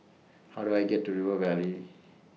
How Do I get to River Valley